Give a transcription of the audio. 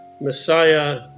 Messiah